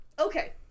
Okay